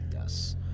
Yes